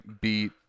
beat